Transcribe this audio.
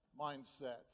mindset